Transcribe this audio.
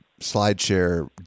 slideshare